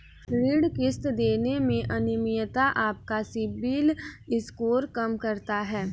ऋण किश्त देने में अनियमितता आपका सिबिल स्कोर कम करता है